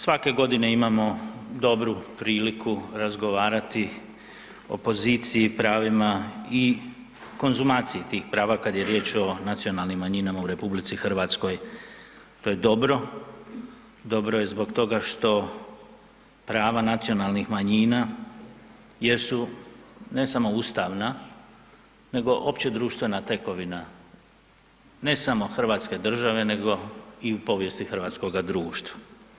Svake godine imamo dobru priliku razgovarati o poziciji, pravima i konzumaciji tih prava kad je riječ o nacionalnim manjinama u RH, to je dobro, dobro je zbog toga što prava nacionalnih manjina jesu ne samo ustavna nego opće društvena tekovina ne samo hrvatske države nego i u povijesti hrvatskoga društva.